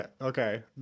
okay